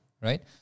right